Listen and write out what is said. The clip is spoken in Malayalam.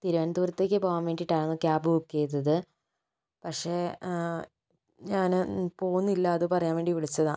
തിരുവനന്തപുരത്തേക്ക് പോവാൻ വേണ്ടീട്ടായിരുന്നു ക്യാബ് ബുക്ക് ചെയ്തത് പക്ഷേ ഞാന് പോകുന്നില്ല അത് പറയാൻ വേണ്ടി വിളിച്ചതാ